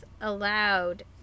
allowed